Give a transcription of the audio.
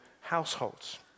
households